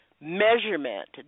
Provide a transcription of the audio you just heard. measurement